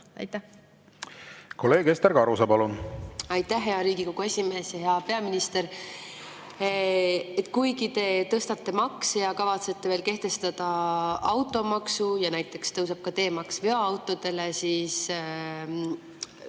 panna. Kolleeg Ester Karuse, palun! Aitäh, hea Riigikogu esimees! Hea peaminister! Kuigi te tõstate makse ja kavatsete veel kehtestada automaksu, näiteks tõuseb ka teemaks veoautodele, siis